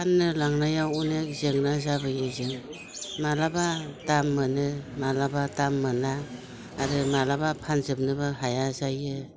फाननो लांनायाव अनेख जेंना जाबोयो जों माब्लाबा दाम मोनो माब्लाबा दाम मोना आरो माब्लाबा फानजोबनोबो हाया जायो